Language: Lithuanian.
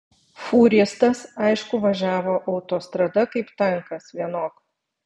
fūristas aišku važiavo autostrada kaip tankas vienok